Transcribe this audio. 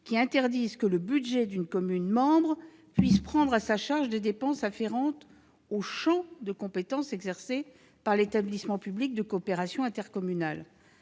interdisent que le budget d'une commune membre prenne à sa charge des dépenses afférentes au champ de compétences de l'établissement public de coopération intercommunale.